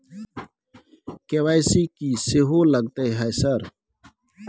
KYC की सेहो लगतै है सर?